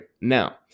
Now